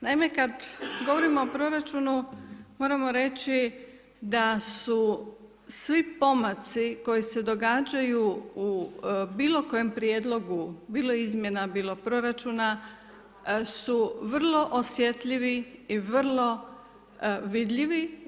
Naime, kad govorimo o proračunu moramo reći da su svi pomaci koji se događaju u bilo kojem prijedlogu, bilo izmjena, bilo proračuna su vrlo osjetljivi i vrlo vidljivi.